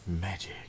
Magic